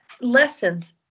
lessons